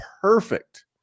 perfect